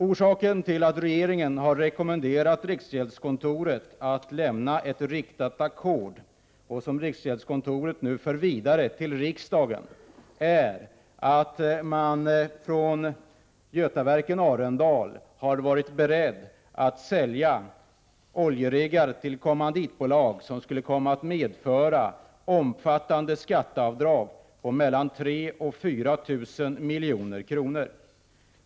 Orsaken till att regeringen har rekommenderat riksgäldskontoret att lämna ett riktat ackord — en rekommendation som riksgäldskontoret nu för vidare till riksdagen — är att man från Götaverken Arendal har varit beredd att sälja oljeriggar till kommanditbolag, vilket skulle komma att medföra omfattande skatteavdrag, på mellan 3 000 och 4 000 milj.kr.